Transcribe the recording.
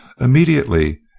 immediately